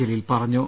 ജലീൽ പറഞ്ഞു